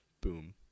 Boom